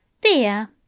Dear